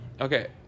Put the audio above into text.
Okay